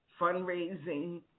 fundraising